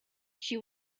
she